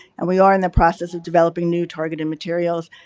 and we are in the process of developing new targeted materials.